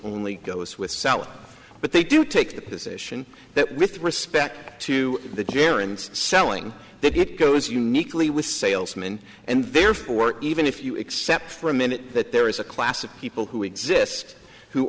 only goes with selling but they do take the position that with respect to the jerry and selling that it goes uniquely with salesman and therefore even if you accept for a minute that there is a class of people who exist who